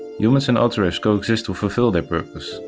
humans and autoreivs coexist to fulfill their purpose,